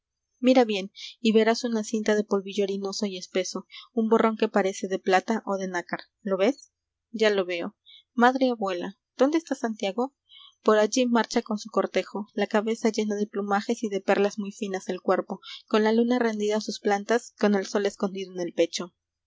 mira bien y verás una cinta de polvillo harinoso y espeso un borrón que parece de plata o de nácar lo ves ya lo veo madre abuela dónde está santiago por allí marcha con su cortejo la cabeza llena de plumajes y de perlas muy finas el cuerpo con la luna rendida a sus plantas con el sol escondido en el pecho